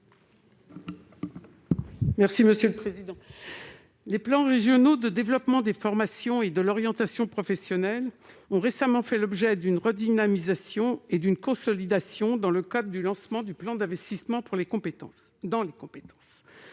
Poncet Monge. Les contrats de plan régional de développement des formations et de l'orientation professionnelles (CPRDFOP) ont récemment fait l'objet d'une redynamisation et d'une consolidation dans le cadre du lancement du plan d'investissement dans les compétences